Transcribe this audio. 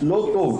לא טוב.